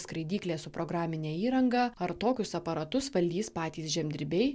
skraidyklė su programine įranga ar tokius aparatus valdys patys žemdirbiai